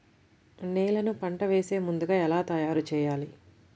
నేలను పంట వేసే ముందుగా ఎలా తయారుచేయాలి?